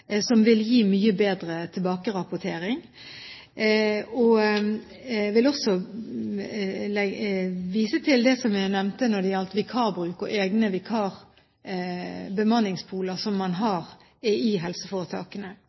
som vil gi mye bedre tilbakerapportering. Jeg vil også vise til det som jeg nevnte når det gjaldt vikarbruk og egne bemanningspooler som man har i helseforetakene.